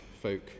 folk